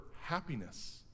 happiness